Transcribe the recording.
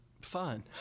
fun